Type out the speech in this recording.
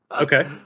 Okay